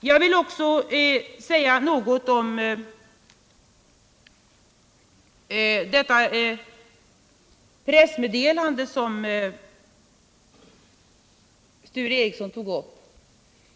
Jag vill också säga något om det pressmeddelande som Sture Ericson tog upp.